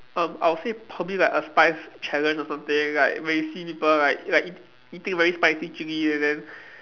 um I would say probably like a spice challenge or something like when you see people like like eat eating very spicy chilil and then